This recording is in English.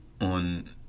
on